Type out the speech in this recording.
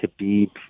Khabib